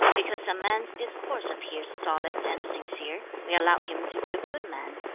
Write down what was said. because a man's discourse appears solid and sincere, we allow him to be a good man,